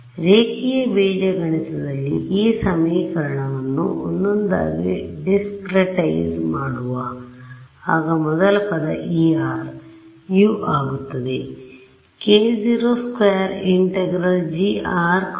ಆದ್ದರಿಂದ ರೇಖೀಯ ಬೀಜಗಣಿತದ ಲ್ಲಿ ಈ ಸಮೀಕರಣವನ್ನು ಒಂದೊಂದಾಗಿ ಡಿಸ್ಕ್ರಿಟೈ ಜ್ ಮಾಡುವ ಆಗ ಮೊದಲ ಪದ E u ಆಗುತ್ತದೆ